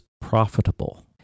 profitable